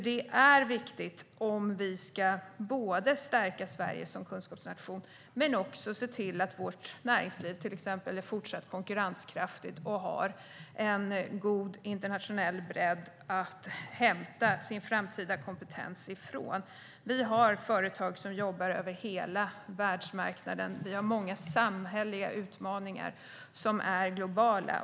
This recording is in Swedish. Det är viktigt om vi ska stärka Sverige som kunskapsnation och se till att vårt näringsliv är fortsatt konkurrenskraftigt och har en god internationell bredd att hämta sin framtida kompetens från. Vi har företag som jobbar över hela världsmarknaden, och vi har många samhälleliga utmaningar som är globala.